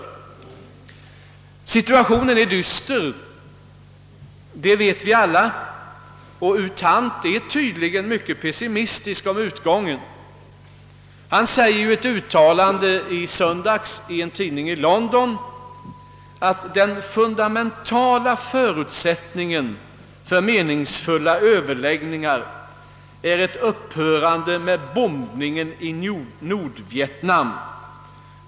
Situationen är dyster, det vet vi alla, och U Thant är tydligen mycket pessimistisk om utgången. Han säger i ett uttalande i söndags i en tidning i London: »Den fundamentala förutsättningen för meningsfulla överläggningar är ett upphörande med bombningen i Nordvietnam.